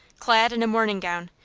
clad in a morning gown,